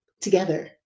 together